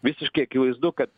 visiškai akivaizdu kad